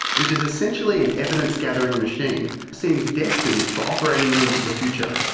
which is essentially an evidence gathering machine, seems destined for operating rooms of the future.